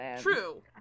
True